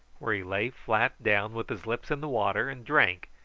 where he lay flat down with his lips in the water, and drank,